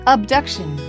Abduction